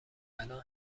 الان